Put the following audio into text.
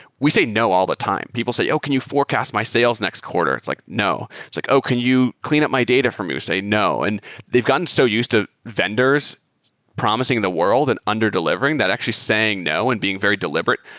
we say no all the time. people say, oh! can you forecast my sales next quarter? it's like, no. it's like, oh, can you clean up my data for me? we say, no. and they've gotten so used to vendors promising the world and under delivering that actually saying no and being very deliberate.